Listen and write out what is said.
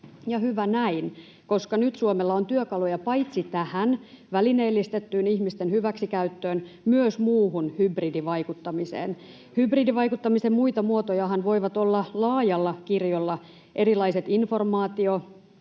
hyvä näin, koska nyt Suomella on työkaluja paitsi tähän välineellistettyyn ihmisten hyväksikäyttöön myös muuhun hybridivaikuttamiseen. [Ben Zyskowicz: Työkaluja, joita vihreät vastusti!] Hybridivaikuttamisen muita muotojahan voivat olla laajalla kirjolla erilaiset informaatio‑,